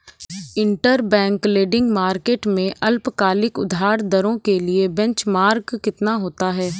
Interbank lending market में अल्पकालिक उधार दरों के लिए बेंचमार्क कितना होता है?